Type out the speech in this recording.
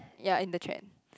ya in the chain